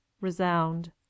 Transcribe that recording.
resound